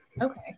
Okay